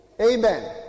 Amen